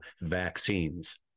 vaccines